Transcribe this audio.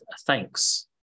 thanks